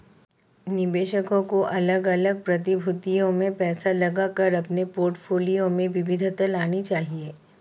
निवेशकों को अलग अलग प्रतिभूतियों में पैसा लगाकर अपने पोर्टफोलियो में विविधता लानी चाहिए